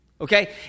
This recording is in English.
Okay